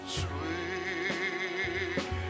sweet